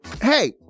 hey